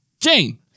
Jane